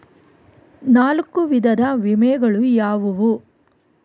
ನಾಲ್ಕು ವಿಧದ ವಿಮೆಗಳು ಯಾವುವು?